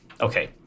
Okay